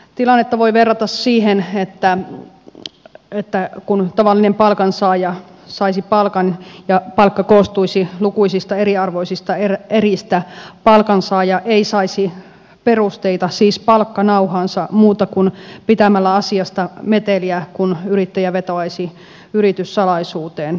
tilannetta voi verrata siihen että kun tavallinen palkansaaja saisi palkan ja palkka koostuisi lukuisista eriarvoisista eristä palkansaaja ei saisi perusteita siis palkkanauhaansa muuten kuin pitämällä asiasta meteliä kun yrittäjä vetoaisi yrityssalaisuuteen